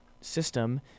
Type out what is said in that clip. system